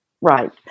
right